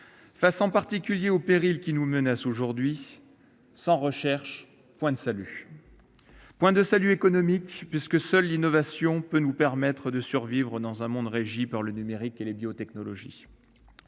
face en particulier aux périls qui nous menacent aujourd'hui, sans recherche, point de salut ! Point de salut économique, puisque seule l'innovation peut nous permettre de survivre dans un monde régi par le numérique et les biotechnologies.